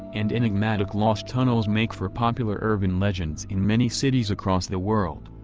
and enigmatic lost tunnels make for popular urban legends in many cities across the world.